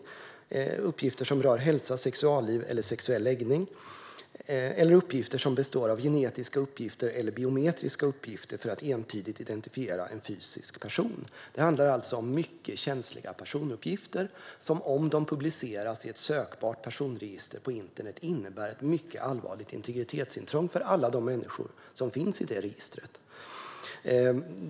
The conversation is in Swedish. Det gäller även uppgifter som rör hälsa, sexualliv eller sexuell läggning och uppgifter som består av genetisk eller biometrisk information för att entydigt identifiera en fysisk person. Det handlar alltså om mycket känsliga personuppgifter som om de publiceras i ett sökbart personregister på internet innebär ett mycket allvarligt integritetsintrång för alla människor som finns i registret.